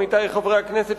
עמיתי חברי הכנסת,